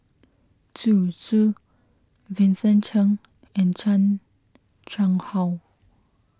Zhu Zu Vincent Cheng and Chan Chang How